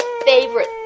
favorite